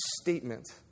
statement